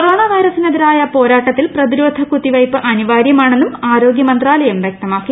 corona വൈറസിനെതിരായ പോരാട്ടത്തിൽ പ്രതിരോധ കുത്തിവയ്പ്പ് അനിവാര്യമാണെന്നും ആരോഗ്യ മന്ത്രാല്യ്യം വൃക്തമാക്കി